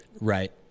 right